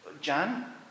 John